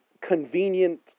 convenient